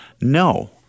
No